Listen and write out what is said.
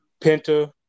Penta